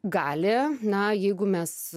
gali na jeigu mes